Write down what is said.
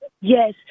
Yes